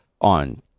on